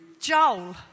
Joel